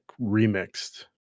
remixed